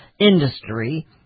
industry